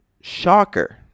Shocker